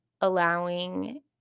allowing